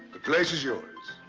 the place is yours.